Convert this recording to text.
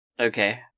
Okay